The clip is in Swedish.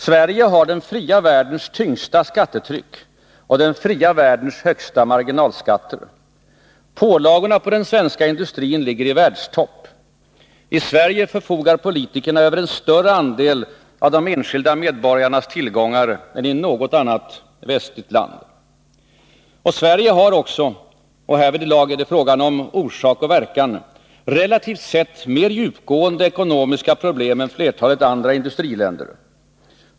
Sverige har den fria världens tyngsta skattetryck och den fria världens högsta marginalskatter. Pålagorna på den svenska industrin ligger i världstopp. I Sverige förfogar politikerna över en större andel av de enskilda medborgarnas tillgångar än i något annat västligt land. Sverige har också — och härvidlag är det fråga om orsak och verkan — relativt sett mera djupgående ekonomiska problem än flertalet andra industriländer.